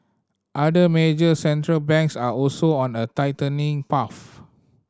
other major Central Banks are also on a tightening path